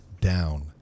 down